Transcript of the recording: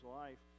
life